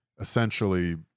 essentially